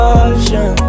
ocean